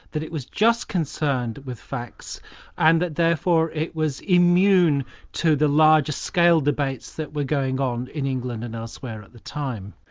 that it was just concerned with facts and that therefore it was immune to the larger scale debates that were going on in england and elsewhere at the time.